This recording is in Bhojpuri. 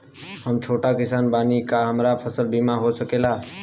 हम छोट किसान बानी का हमरा फसल बीमा हो सकेला?